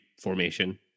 formation